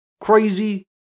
crazy